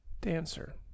Dancer